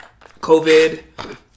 COVID